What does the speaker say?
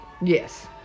Yes